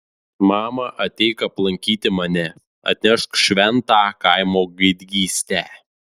mama ateik aplankyti mane atnešk šventą kaimo gaidgystę